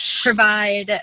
provide